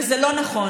וזה לא נכון,